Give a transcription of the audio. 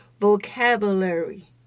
vocabulary